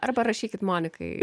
ar parašykit monikai